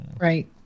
Right